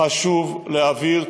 חשוב להעביר,